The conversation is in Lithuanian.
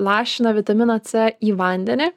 lašina vitamin c į vandenį